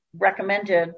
recommended